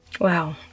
Wow